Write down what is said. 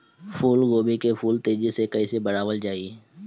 फूल गोभी के फूल तेजी से कइसे बढ़ावल जाई?